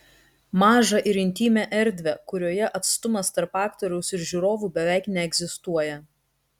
mažą ir intymią erdvę kurioje atstumas tarp aktoriaus ir žiūrovų beveik neegzistuoja